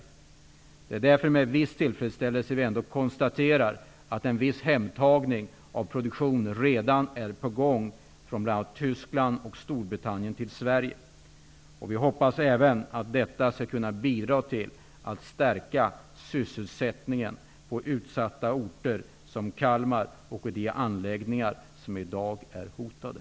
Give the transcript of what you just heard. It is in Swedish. Det är därför som vi med viss tillfredsställelse ändå konstaterar att en viss hemtagning av produktion till Sverige redan är på gång från bl.a. Tyskland och Storbritannien. Vi hoppas att detta skall kunna bidra till att sysselsättningen stärks på utsatta orter, t.ex. i Kalmar, och vid de anläggningar som i dag är hotade.